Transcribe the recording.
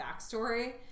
backstory